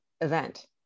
event